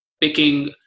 picking